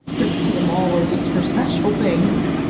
trips to the mall are just for special things.